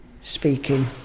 speaking